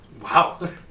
wow